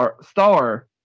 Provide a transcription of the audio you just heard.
star